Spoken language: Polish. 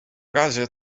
razie